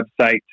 website